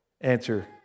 answer